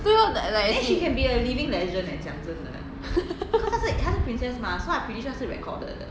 对 lor